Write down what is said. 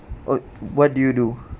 oh what do you do